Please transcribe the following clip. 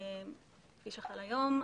כפי שחל היום,